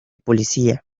policía